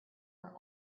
are